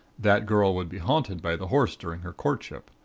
that girl would be haunted by the horse during her courtship.